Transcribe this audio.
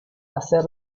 hacer